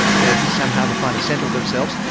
they've somehow to find a centre of themselves,